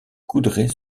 coudray